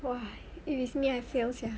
!wah! if it's me I fail sia